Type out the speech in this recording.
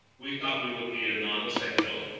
we thought we would be a non-essential.